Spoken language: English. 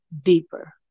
deeper